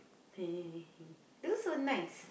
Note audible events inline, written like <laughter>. <laughs> those were nice